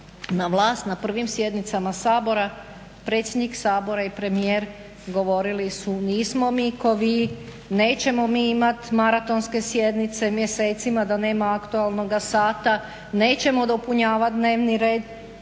na vlast, na prvim sjednicama Sabora predsjednik Sabora i premijer govorili su nismo mi kao vi, nećemo mi imati maratonske sjednice mjesecima da nema aktualnoga sata, nećemo dopunjavati dnevni red.